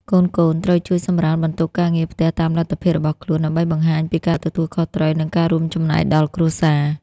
កូនៗត្រូវជួយសម្រាលបន្ទុកការងារផ្ទះតាមលទ្ធភាពរបស់ខ្លួន ដើម្បីបង្ហាញពីការទទួលខុសត្រូវ និងការរួមចំណែកដល់គ្រួសារ។